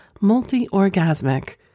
multi-orgasmic